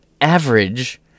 average